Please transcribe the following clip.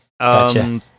Gotcha